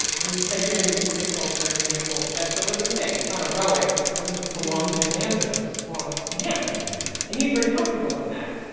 his siberian yupik culture in gambell that's a living thing. it's not a relic. it doesn't belong to his ancestors, it belongs to him and he's very comfortable in that.